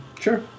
Sure